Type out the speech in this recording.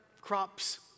crops